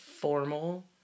formal